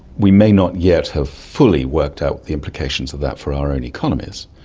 we may not yet have fully worked out the implications of that for our own economies.